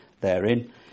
Therein